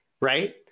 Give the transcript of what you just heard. right